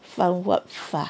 犯 what 法